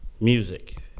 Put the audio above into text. Music